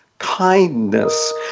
kindness